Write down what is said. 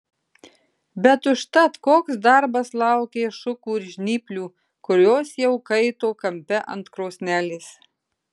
bet užtat koks darbas laukė šukų ir žnyplių kurios jau kaito kampe ant krosnelės